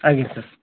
ଆଜ୍ଞା ସାର୍